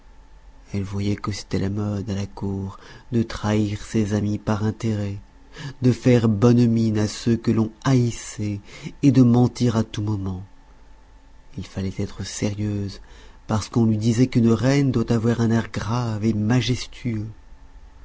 elle voyait que c'était la mode à la cour de trahir ses amis par intérêt de faire bonne mine à ceux que l'on haïssait et de mentir à tout moment il fallait être sérieuse parce qu'on lui disait qu'une reine doit avoir un air grave et majestueux